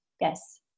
yes